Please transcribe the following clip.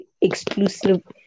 exclusive